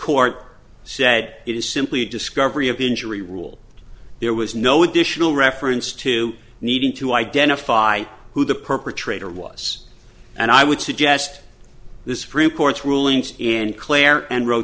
court said it is simply discovery of the injury rule there was no additional reference to needing to identify who the perpetrator was and i would suggest this court's rulings and claire and ro